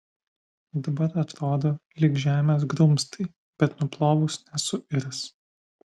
dabar atrodo lyg žemės grumstai bet nuplovus nesuirs